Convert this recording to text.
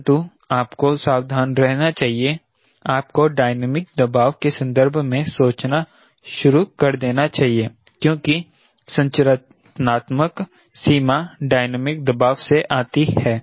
तुरंत आपको सावधान रहना चाहिए आपको डायनामिक दबाव के संदर्भ में सोचना शुरू कर देना चाहिए क्योंकि संरचनात्मक सीमा डायनामिक दबाव से आती है